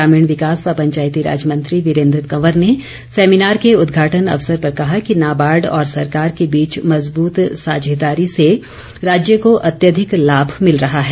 ग्रामीण विकास व पंचायतीराज मंत्री वीरेन्द्र कंवर ने सेमिनार के उद्घाटन अवसर पर कहा कि नाबार्ड और सरकार के बीच मजबूत साझेदारी से राज्य को अत्याधिक लाभ मिला है